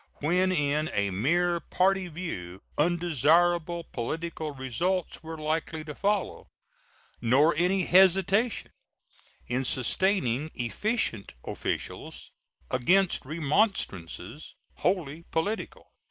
when, in a mere party view, undesirable political results were likely to follow nor any hesitation in sustaining efficient officials against remonstrances wholly political.